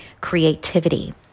creativity